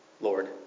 Lord